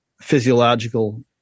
physiological